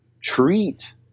treat